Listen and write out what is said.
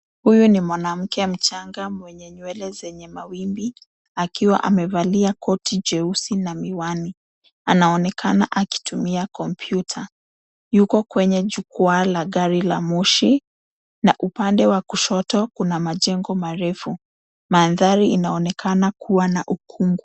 Huyu ni mwanamke mchanga mwenye nywele zenye mawimbi akiwa amevalia koti jeusi na miwani; anaonekana akitumia kompyuta. Yuko kwenye jukwaa la gari la moshi na upande wa kushoto kuna majengo marefu. Mandhari inaonekana kuwa na ukungu.